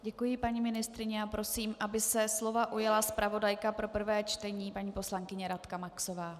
Děkuji, paní ministryně, a prosím, aby se slova ujala zpravodajka pro prvé čtení paní poslankyně Radka Maxová.